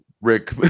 rick